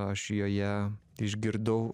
aš joje išgirdau